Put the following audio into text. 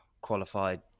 qualified